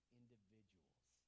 individuals